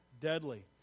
deadly